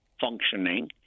functioning